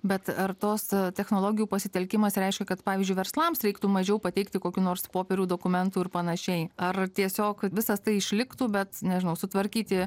bet ar tos technologijų pasitelkimas reiškia kad pavyzdžiui verslams reiktų mažiau pateikti kokių nors popierių dokumentų ir panašiai ar tiesiog visas tai išliktų bet nežinau sutvarkyti